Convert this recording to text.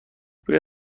روی